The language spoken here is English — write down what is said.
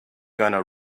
gonna